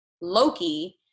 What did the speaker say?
Loki